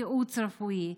ייעוץ רפואי,